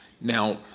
Now